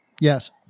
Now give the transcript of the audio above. Yes